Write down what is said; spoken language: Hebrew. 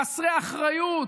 חסרי אחריות,